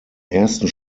ersten